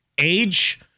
Age